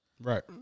Right